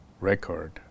record